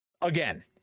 Again